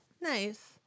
Nice